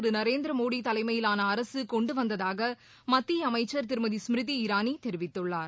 திருநரேந்திரமோடி தலைமையிலான அரசுகொண்டுவந்ததாகமத்திய அமைச்சர் திருமதி ஸ்மிருதி இரானிதெரிவித்துள்ளார்